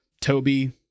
Toby